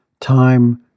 time